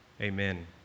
amen